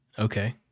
Okay